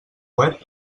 web